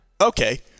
okay